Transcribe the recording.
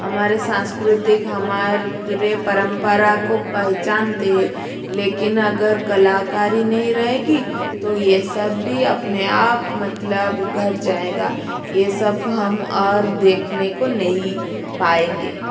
हमारे सांस्कृतिक हमारे परंपरा को पहचानते है लेकिन अगर कलाकारी नहीं रहेगी तो यह सब भी अपने आप मतलब घट जाएगा यह सब हम और देखने को नहीं पाएंगे